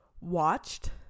watched